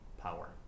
power